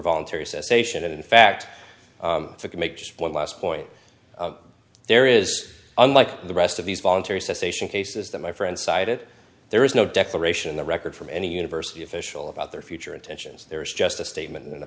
voluntary cessation and in fact to make just one last point there is unlike the rest of these voluntary cessation cases that my friend cited there is no declaration in the record from any university official about their future intentions there is just a statement in the